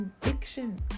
conviction